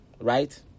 right